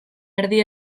erdi